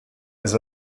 les